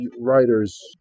writers